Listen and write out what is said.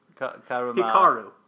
Hikaru